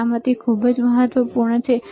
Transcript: સલામતી ખૂબ જ મહત્વપૂર્ણ છે